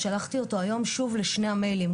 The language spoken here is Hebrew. שלחתי אותו היום שוב לשני המיילים.